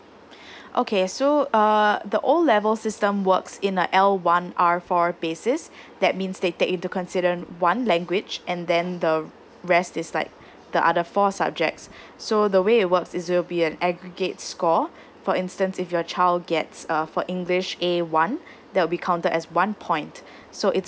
okay so uh the O level system works in a l one r four basis that means they take into consideration one language and then the rest is like the other four subjects so the way it works is it will be an aggregate score for instance if your child gets uh for english a one that will be counted as one point so it's